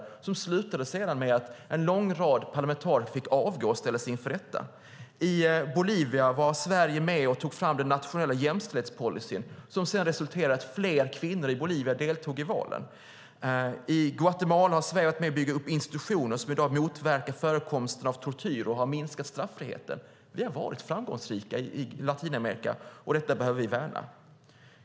Detta slutade med att en lång rad parlamentariker fick avgå och ställdes inför rätta. I Bolivia var Sverige med och tog fram den nationella jämställdhetspolicyn som sedan resulterade i att fler kvinnor i Bolivia deltog i valen. I Guatemala har Sverige varit med och byggt upp institutioner som i dag motverkar förekomsten av tortyr och har minskat straffriheten. Vi har varit framgångsrika i Latinamerika, och detta behöver vi värna.